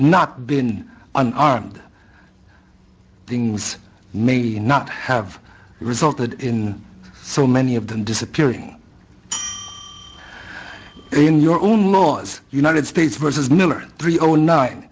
not been on armed things may not have resulted in so many of them disappearing in your own laws united states versus number three zero nine